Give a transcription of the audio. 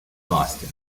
boston